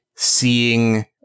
seeing